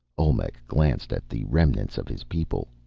olmec glanced at the remnants of his people.